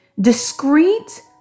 discreet